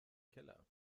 keller